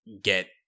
get